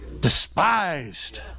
Despised